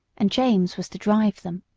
and james was to drive them.